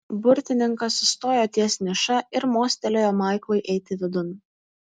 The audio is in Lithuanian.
burtininkas sustojo ties niša ir mostelėjo maiklui eiti vidun